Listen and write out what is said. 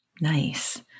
Nice